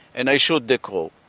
and i shoot the crow.